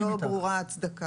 לא ברורה ההצדקה לכך.